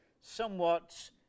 somewhat